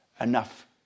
enough